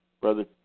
Brother